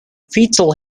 fetal